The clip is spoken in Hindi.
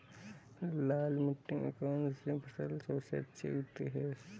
लाल मिट्टी में कौन सी फसल सबसे अच्छी उगती है?